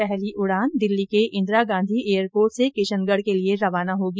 पहली उड़ान दिल्ली के इंदिरा गांधी एयरपोर्ट से किशनगढ के लिये रवाना होगी